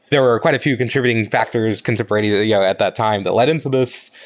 there are quite a few contributing factors, concept radio you know at that time that led into this,